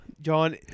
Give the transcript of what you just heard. John